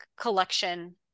Collection